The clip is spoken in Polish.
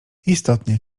istotnie